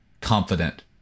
confident